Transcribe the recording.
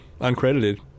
uncredited